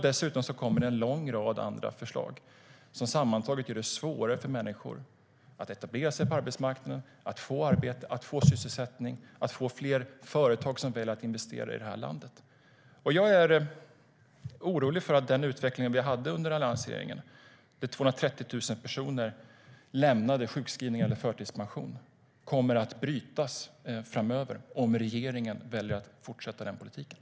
Dessutom kommer en lång rad andra förslag som sammantaget gör det svårare för människor att etablera sig på arbetsmarknaden, att få arbete, att få sysselsättning, samt att få fler företag som väljer att investera i det här landet.